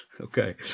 Okay